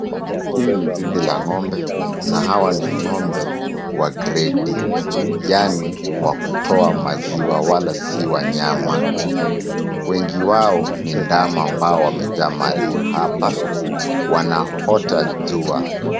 Hii ni zizi la ng'ombe na hawa ni ng'ombe wa gredi , yaani wa kutoa maziwa. Wala si wanyama wengi, wao ni ndama ambao wamejaa mali hapa, wanaota jua.